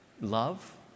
love